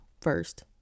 first